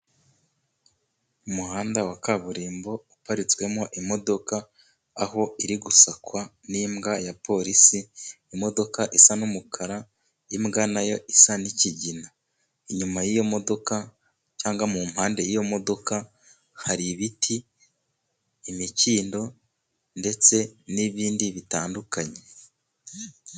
Umuhanda wa kaburimbo uparitswemo imodoka, aho iri gusakwa n'imbwa ya polisi. Imodoka isa n'umukara imbwa nayo isa n'ikigina, inyuma y'iyo modoka cyangwa mu mpande iyoyo modoka hari ibiti imikindo ndetse n'ibindi bitandukanye.